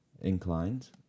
inclined